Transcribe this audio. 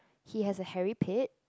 he has a hairy pit